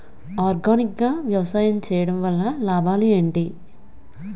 Organic గా వ్యవసాయం చేయడం వల్ల లాభాలు ఏంటి?